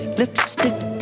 lipstick